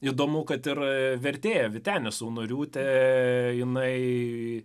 įdomu kad ir vertėja vytenis saunoriūtė jinai